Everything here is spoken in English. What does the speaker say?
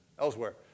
elsewhere